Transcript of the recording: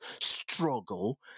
struggle